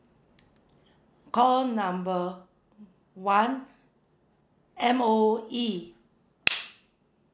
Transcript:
call number one M_O_E